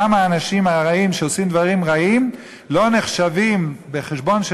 גם האנשים הרעים שעושים דברים רעים לא נחשבים בחשבון של